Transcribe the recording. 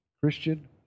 Christian